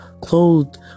clothed